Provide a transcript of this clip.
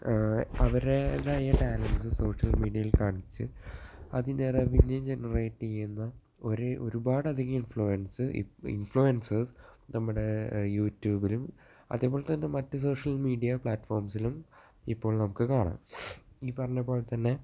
അവരുടെ ഈ talents social മീഡിയയിൽ കാണിച്ച് അതിനു റെവന്യൂ ജനറേറ്റ് ചെയ്യാനും ഒരേ ഒരുപാട് അധികം ഇൻഫ്ലുവെൻസ് ഇപ്പോൾ ഇൻഫ്ളുവൻസസ് നമ്മുടെ യൂട്യുബിലും അതുപോലെ തന്നെ മറ്റ് സോഷ്യൽ മീഡിയ പ്ലാറ്റ്ഫോംസിലും ഇപ്പോൾ നമുക്ക് കാണാം ഈ പറഞ്ഞതു പോലെ തന്നെ